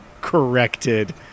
corrected